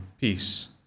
peace